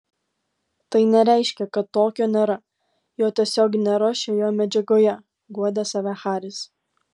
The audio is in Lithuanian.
tai nereiškia kad tokio nėra jo tiesiog nėra šioje medžiagoje guodė save haris